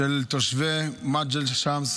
של תושבי מג'דל שמס